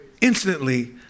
instantly